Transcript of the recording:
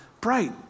bright